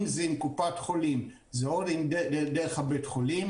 אם זה עם קופת חולים זה או דרך בית החולים